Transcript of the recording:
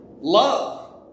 Love